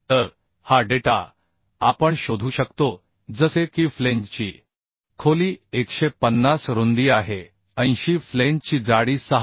तर हा डेटा आपण शोधू शकतो जसे की फ्लेंजची खोली 150 रुंदी आहे 80 फ्लेंजची जाडी 6